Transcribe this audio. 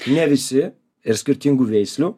ne visi ir skirtingų veislių